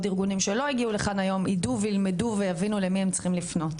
הארגונים שלא הגיעו לכאן היום ידעו וילמדו למי צריך לפנות.